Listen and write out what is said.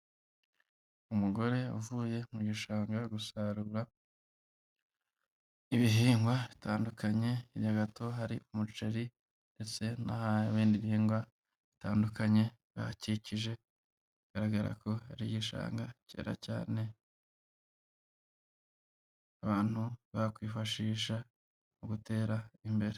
Umugore uvuye mu gishanga gusarura ibihingwa bitandukanye. Inyuma gato hari umuceri ndetse n'ibindi bihingwa bitandukanye bihakikije bigaragara ko hari igishanga cyera cyane, abantu bakwifashisha mu gutera imbere.